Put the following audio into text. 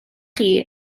chi